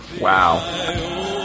Wow